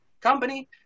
company